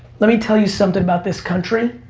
let me tell you something about this country.